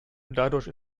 dadurch